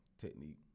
technique